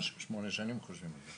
שמונה שנים חושבים על זה.